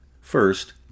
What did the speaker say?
First